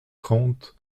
trente